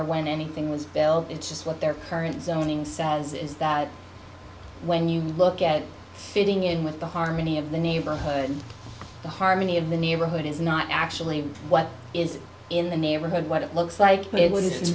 or when anything was built it's just what their current zoning says is that when you look at fitting in with the harmony of the neighborhood the harmony of the neighborhood is not actually what is in the neighborhood what it looks like it was